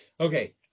Okay